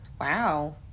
Wow